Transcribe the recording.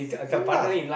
don't laugh